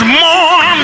more